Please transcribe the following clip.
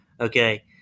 Okay